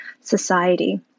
society